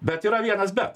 bet yra vienas bet